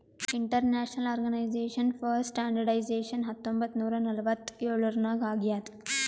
international organization for standardization ಹತ್ತೊಂಬತ್ ನೂರಾ ನಲ್ವತ್ತ್ ಎಳುರ್ನಾಗ್ ಆಗ್ಯಾದ್